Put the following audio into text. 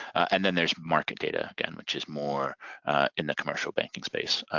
and then there's market data again, which is more in the commercial banking space.